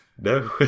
No